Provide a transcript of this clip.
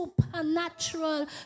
supernatural